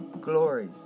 glory